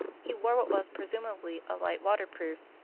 he wore what was presumably a light waterproof,